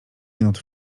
minut